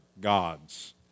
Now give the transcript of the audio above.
gods